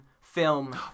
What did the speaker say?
film